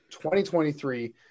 2023